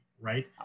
right